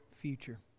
future